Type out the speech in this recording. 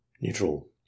neutral